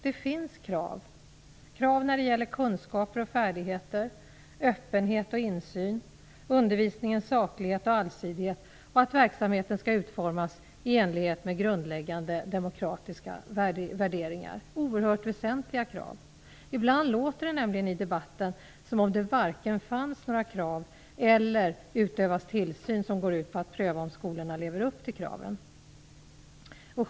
Det finns krav - krav när det gäller kunskaper och färdigheter, öppenhet och insyn, undervisningens saklighet och allsidighet och att verksamheten skall utformas i enlighet med grundläggande demokratiska värderingar. Det är oerhört väsentliga krav. Ibland låter det nämligen i debatten som om det varken finns några krav eller att det utövas tillsyn som går ut på att pröva om skolorna lever upp till kraven.